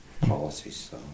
policies